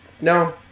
No